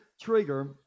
trigger